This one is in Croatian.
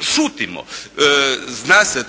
šutimo. Zna se